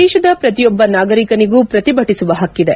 ದೇಶದ ಪ್ರತಿಯೊಬ್ಲ ನಾಗರಿಕನಿಗೂ ಪ್ರತಿಭಟಿಸುವ ಹಕ್ಕಿದೆ